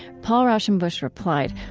paul raushenbush replied,